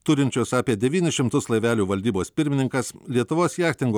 turinčios apie devynis šimtus laivelių valdybos pirmininkas lietuvos jachtingo